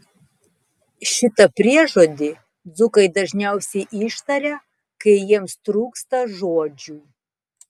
šitą priežodį dzūkai dažniausiai ištaria kai jiems trūksta žodžių